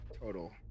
total